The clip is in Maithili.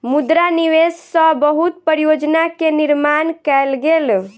मुद्रा निवेश सॅ बहुत परियोजना के निर्माण कयल गेल